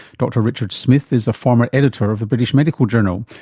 dr richard smith is a former editor of the british medical journal,